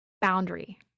boundary